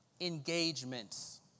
engagements